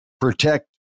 protect